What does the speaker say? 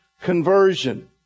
conversion